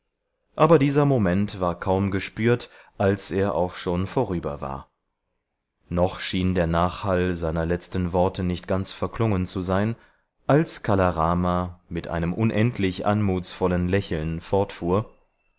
aber dieser moment war kaum gespürt als er auch schon vorüber war noch schien der nachhall seiner letzten worte nicht ganz verklungen zu sein als kala rama mit einem unendlich anmutsvollen lächeln fortfuhr